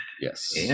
Yes